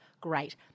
Great